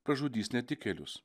pražudys netikėlius